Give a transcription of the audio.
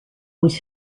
was